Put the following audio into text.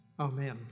Amen